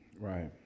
Right